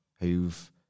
who've